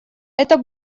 это